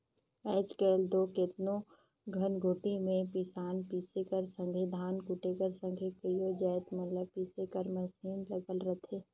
आएज काएल दो केतनो धनकुट्टी में पिसान पीसे कर संघे धान कूटे कर संघे कइयो जाएत मन ल पीसे कर मसीन लगल रहथे